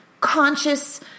conscious